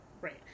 right